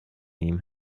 ihm